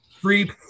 free